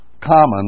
common